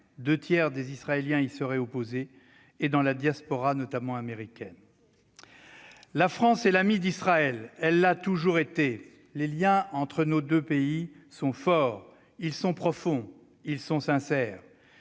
deux tiers des Israéliens y seraient opposés, et dans la diaspora, notamment américaine. La France est l'amie d'Israël, elle l'a toujours été. Les liens entre nos deux pays sont forts, profonds, sincères.